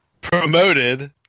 promoted